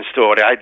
story